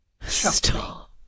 Stop